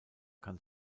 kann